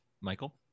Michael